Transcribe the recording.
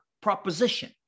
proposition